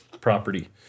property